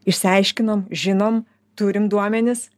išsiaiškinom žinom turim duomenis